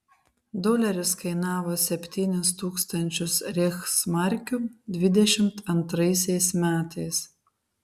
doleris kainavo septynis tūkstančius reichsmarkių dvidešimt antraisiais metais